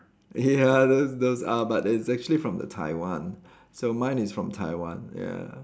ya look those up but it's actually from the Taiwan so mine is from Taiwan ya